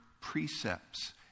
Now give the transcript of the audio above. precepts